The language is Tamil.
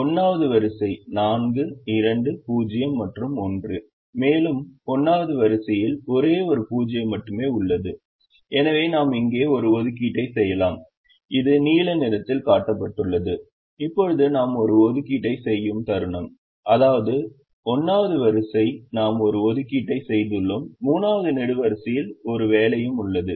1 வது வரிசை 4 2 0 மற்றும் 1 மேலும் 1 வது வரிசையில் ஒரே ஒரு 0 மட்டுமே உள்ளது எனவே நாம் இங்கே ஒரு ஒதுக்கீட்டை செய்யலாம் இது நீல நிறத்தில் காட்டப்பட்டுள்ளது இப்போது நாம் ஒரு ஒதுக்கீட்டை செய்யும் தருணம் அதாவது 1 வது வரிசை நாம் ஒரு ஒதுக்கீட்டை செய்துள்ளோம் 3 வது நெடுவரிசையில் ஒரு வேலையும் உள்ளது